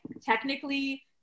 technically